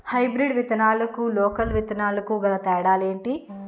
Hybrid విత్తనాలకు local విత్తనాలకు గల తేడాలు ఏంటి?